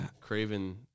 Craven